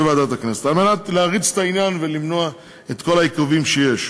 כדי להריץ את העניין ולמנוע את כל העיכובים שיש.